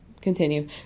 continue